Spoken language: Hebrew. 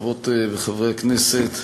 חברות וחברי הכנסת,